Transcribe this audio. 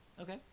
Okay